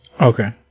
Okay